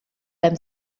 them